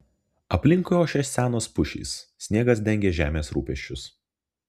aplinkui ošė senos pušys sniegas dengė žemės rūpesčius